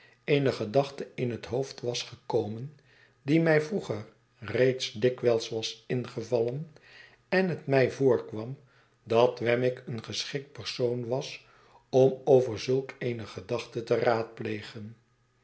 eene gedachte in het hoofd was gekomen die mij vroeger reeds dikwijls was ingevallen en het mij voorkwam dat wemmick een geschikt persoon was om over zulk eene gedachte te raadplegen